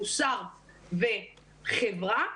מוסר וחברה,